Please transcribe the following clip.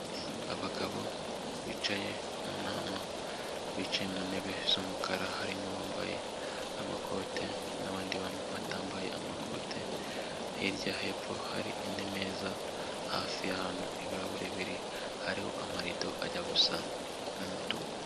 Abagabo bicaye mu nama bicaye mu ntebe z'umukara harimo bambaye amakote n'abandi batambaye amakote, hirya hepfo hari indi meza hafi y'ahantu ibirahure biri, hariho amarido ajya gusa n'umutuku.